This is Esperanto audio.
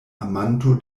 amanto